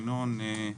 ינון,